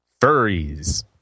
furries